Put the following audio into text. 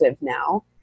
now